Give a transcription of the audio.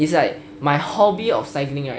is like my hobby of cycling right